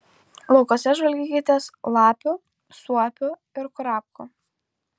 laukuose žvalgykitės lapių suopių ir kurapkų